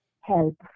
help